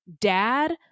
dad